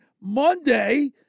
Monday